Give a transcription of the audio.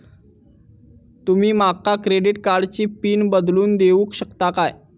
तुमी माका क्रेडिट कार्डची पिन बदलून देऊक शकता काय?